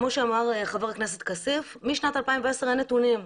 כמו שאמר חבר הכנסת כסיף, משנת 2010 אין נתונים.